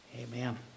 Amen